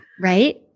Right